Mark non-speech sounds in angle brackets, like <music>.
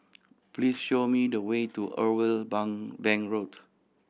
please show me the way to Irwell <unintelligible> Bank Road